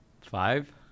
Five